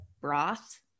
broth